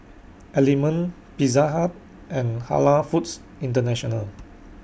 Element Pizza Hut and Halal Foods International